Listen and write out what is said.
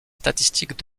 statistiques